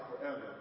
forever